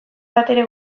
batere